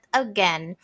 again